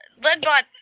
Leadbot